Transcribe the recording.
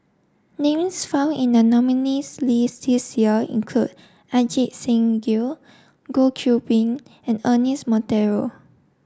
names found in the nominees' list this year include Ajit Singh Gill Goh Qiu Bin and Ernest Monteiro